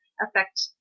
affect